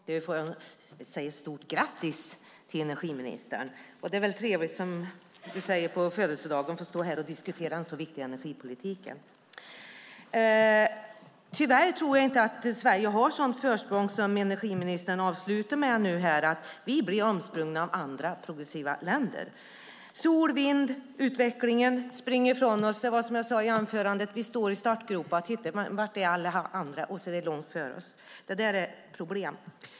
Herr talman! Jag får säga ett stort grattis till energiministern. Det är väl, som du säger, trevligt att få stå här på födelsedagen och diskutera en så viktig fråga som energipolitiken. Tyvärr tror jag inte att Sverige har ett sådant försprång som energiministern avslutade med att prata om. Vi blir omsprungna av andra progressiva länder. Sol och vindkraftsutvecklingen springer ifrån oss. Som jag sade i anförandet står vi i startgroparna och undrar: Var är alla de andra? Och så är de långt före oss. Det är ett problem.